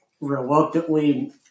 reluctantly